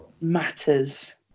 matters